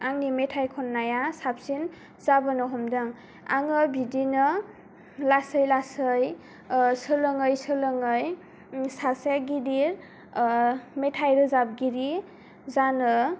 आंनि मेथाइ खननाया साबसिन जाबोनो हमदों आङो बिदिनो लासै लासै ओ सोलोङै सोलोङै सासे गिदिर ओ मेथाइ रोजाबगिरि जानो